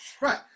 Right